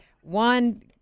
one